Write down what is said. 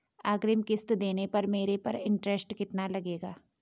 अग्रिम किश्त देने पर मेरे पर इंट्रेस्ट कितना लगेगा?